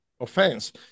offense